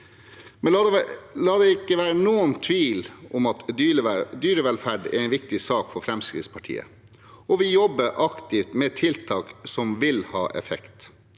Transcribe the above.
saken. La det ikke være noen tvil om at dyrevelferd er en viktig sak for Fremskrittspartiet, og vi jobber aktivt med tiltak som vil ha effekt.